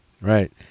Right